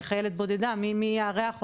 היא חיילת בודדה ומי יארח אותה,